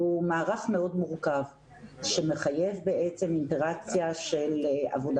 היא מערך מאוד מורכב שמחייב אינטראקציה של עבודה